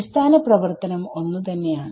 അടിസ്ഥാന പ്രവർത്തനം ഒന്ന് തന്നെയാണ്